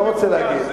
לא רוצה להגיד.